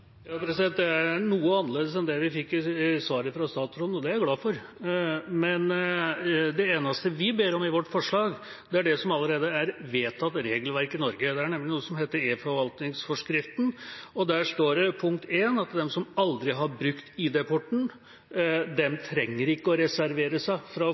Det er noe annerledes enn det vi fikk i svaret fra statsråden, og det er jeg glad for. Men det eneste vi ber om i vårt forslag, er det som allerede er vedtatt regelverk i Norge. Det er nemlig noe som heter eForvaltningsforskriften, og der står det at de som aldri har brukt ID-porten, ikke trenger å reservere seg fra